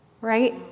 right